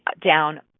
down